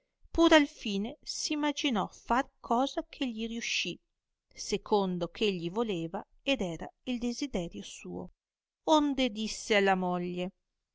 pur al fine s'imaginò far cosa che gli riuscì secondo eh egli voleva ed era il desiderio suo onde disse alla moglie